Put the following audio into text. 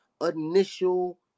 initial